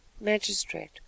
Magistrate